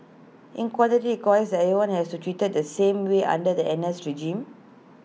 in quantity requires that everyone has be treated the same way under the N S regime